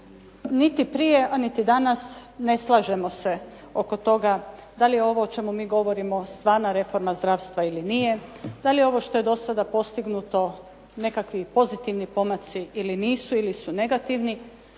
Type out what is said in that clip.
Niti prije, a niti danas ne slažemo se oko toga da li je ovo o čemu mi govorimo stvarna reforma zdravstva ili nije, da li je ovo što je do sada postignuto nekakvi pozitivni pomaci ili nisu ili su negativni.